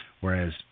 whereas